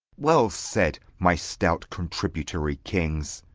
well said, my stout contributory kings!